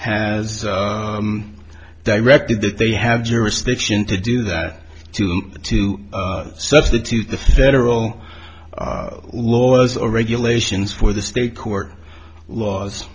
has directed that they have jurisdiction to do that to to substitute the federal laws or regulations for the state court laws